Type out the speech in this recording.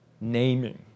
naming